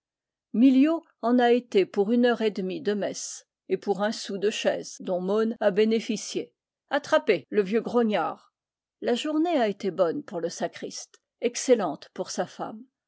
miliau en a été pour une heure et demie de messe et pour son sou de chaise dont môn a bénéficié attrapé le vieux grognard la journée a été bonne pour le sacriste excellente pour sa femme